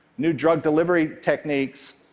new drug delivery techniques,